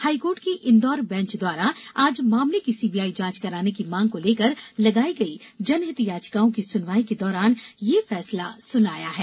high court की Indore bench द्वारा आज मामले की सीबीआई जांच कराने की मांग को लेकर लगाई गई जनहित याचिकाओं की सुनवाई के दौरान यह फैसला सुनाया है